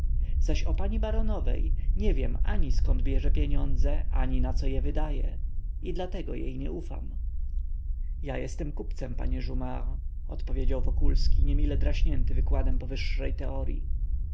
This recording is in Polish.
zaś o pani baronowej nie wiem ani zkąd bierze pieniądze ani naco je wydaje i dlatego jej nie ufam ja jestem kupcem panie jumart odpowiedział wokulski niemile draśnięty wykładem powyższej teoryi